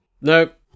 Nope